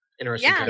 interesting